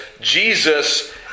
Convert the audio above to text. Jesus